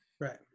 Right